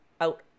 out